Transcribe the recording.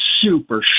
super